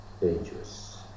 dangerous